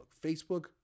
Facebook